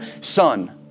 Son